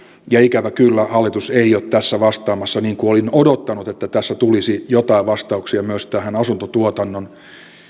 ikävä kyllä hallitus ei ole tässä vastaamassa niin kuin olin odottanut että tässä tulisi joitain vastauksia myös tähän asuntotuotannon